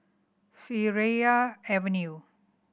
Seraya Avenue